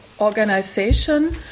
organization